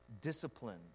discipline